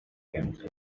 cancer